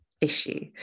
issue